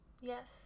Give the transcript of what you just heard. yes